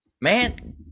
Man